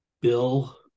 Bill